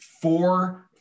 four